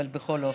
אבל בכל אופן.